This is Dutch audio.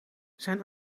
zijn